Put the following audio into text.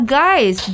guys